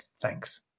Thanks